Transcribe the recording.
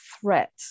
threat